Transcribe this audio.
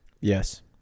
yes